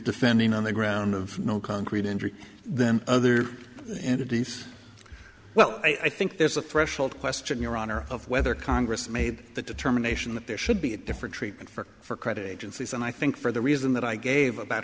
defending on the ground of no concrete injury then other entities well i think there's a threshold question your honor of whether congress made the determination that there should be a different treatment for for credit agencies and i think for the reason that i gave about